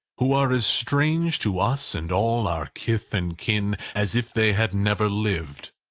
who are as strange to us and all our kith and kin, as if they had never lived.